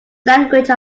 language